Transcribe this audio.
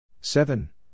Seven